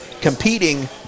competing